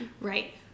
right